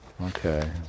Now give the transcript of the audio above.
okay